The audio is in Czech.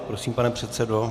Prosím, pane předsedo.